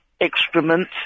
excrement